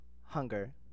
hunger